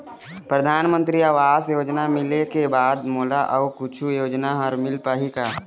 परधानमंतरी आवास योजना मिले के बाद मोला अऊ कुछू योजना हर मिल पाही का?